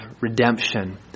redemption